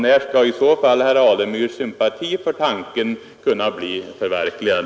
När skall i så fall den tanke herr Alemyr säger sig ha sympati för kunna bli förverkligad?